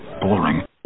boring